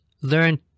learn